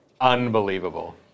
unbelievable